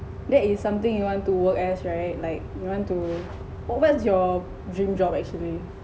that is something you want to work as right like you want to what's your dream job actually